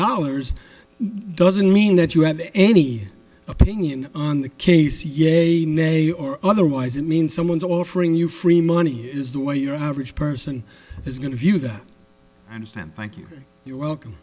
dollars doesn't mean that you have any opinion on the case yea or nay or otherwise it means someone's offering you free money is the way your average person is going to view that i understand thank you you're welcome